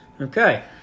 Okay